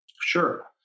Sure